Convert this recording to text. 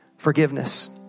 forgiveness